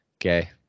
Okay